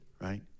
right